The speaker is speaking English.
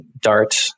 Dart